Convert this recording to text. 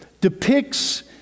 depicts